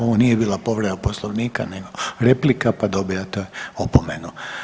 Ovo nije bila povreda Poslovnika nego replika, pa dobijate opomenu.